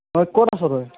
হয় ক'ত আছ' তই